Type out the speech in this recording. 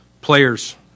Players